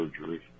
surgery